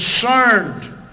concerned